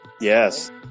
Yes